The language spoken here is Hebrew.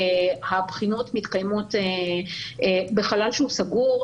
הבחינות מתקיימות בחלל סגור,